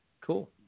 cool